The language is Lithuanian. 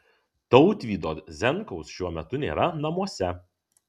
tautvydo zenkaus šiuo metu nėra namuose